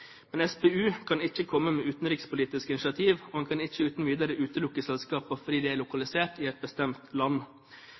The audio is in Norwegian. Men SPU kan ikke komme med utenrikspolitiske initiativer, og man kan ikke uten videre utelukke selskaper fordi de er